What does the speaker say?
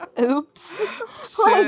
Oops